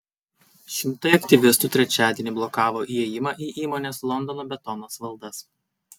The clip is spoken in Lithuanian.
šimtai aktyvistų trečiadienį blokavo įėjimą į įmonės londono betonas valdas